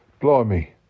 Blimey